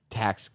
tax